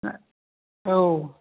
औ